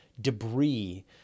debris